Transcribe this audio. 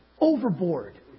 overboard